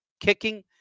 kicking